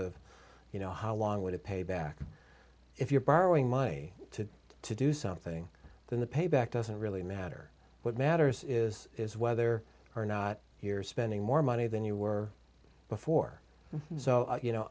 of you know how long would it payback if you're borrowing money to to do something then the payback doesn't really matter what matters is is whether or not you're spending more money than you were before so you know